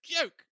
joke